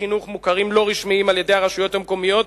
חינוך מוכרים לא רשמיים על-ידי הרשויות המקומיות.